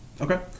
Okay